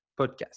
Podcast